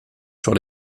sur